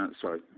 sorry